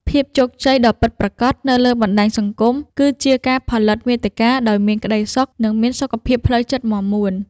ភាពជោគជ័យដ៏ពិតប្រាកដនៅលើបណ្ដាញសង្គម គឺជាការផលិតមាតិកាដោយមានក្ដីសុខ និងមានសុខភាពផ្លូវចិត្តមាំមួន។